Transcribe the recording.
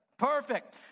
perfect